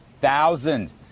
thousand